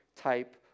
type